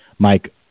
Mike